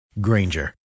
Granger